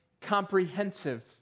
comprehensive